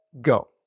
go